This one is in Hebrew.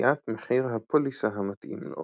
וקביעת מחיר הפוליסה המתאים לו,